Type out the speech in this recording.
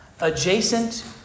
Adjacent